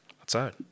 Outside